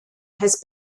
has